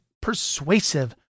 persuasive